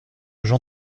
jean